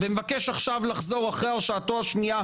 שבחרו באיש הזה.